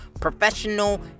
professional